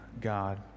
God